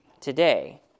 Today